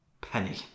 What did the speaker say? penny